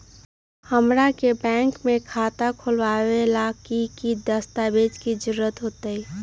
हमरा के बैंक में खाता खोलबाबे ला की की दस्तावेज के जरूरत होतई?